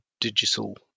digital